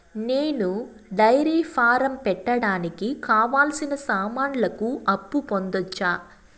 నేను dairy farm పెట్టడానికి కావాల్సిన సామాన్లకు అప్పు పొందొచ్చా?